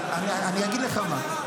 אבל אני אגיד לך מה,